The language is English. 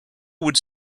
would